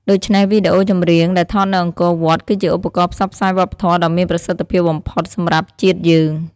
ដូច្នេះ វីដេអូចម្រៀងដែលថតនៅអង្គរវត្ត គឺជាឧបករណ៍ផ្សព្វផ្សាយវប្បធម៌ដ៏មានប្រសិទ្ធភាពបំផុតសម្រាប់ជាតិយើង។